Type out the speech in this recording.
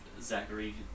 Zachary